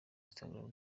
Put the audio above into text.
instagram